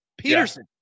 Peterson